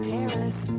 Terrace